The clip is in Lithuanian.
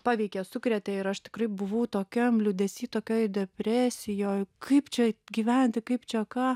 paveikė sukrėtė ir aš tikrai buvau tokiam liūdesy tokioje depresijoj kaip čia gyventi kaip čia ką